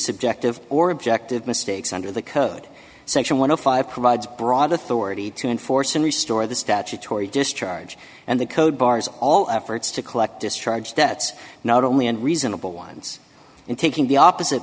subjective or objective mistakes under the code section one zero five provides broad authority to enforce and restore the statutory discharge and the code bars all efforts to collect discharge debts not only and reasonable ones in taking the opposite